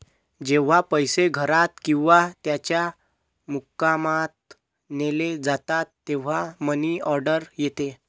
जेव्हा पैसे घरात किंवा त्याच्या मुक्कामात नेले जातात तेव्हा मनी ऑर्डर येते